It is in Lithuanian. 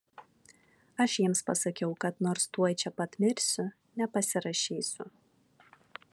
aš jiems pasakiau kad nors tuoj čia pat mirsiu nepasirašysiu